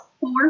Four